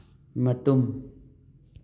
ꯃꯇꯨꯝ